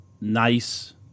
nice